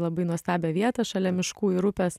labai nuostabią vietą šalia miškų ir upės